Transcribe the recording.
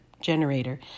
generator